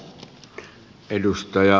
arvoisa puhemies